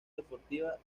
deportiva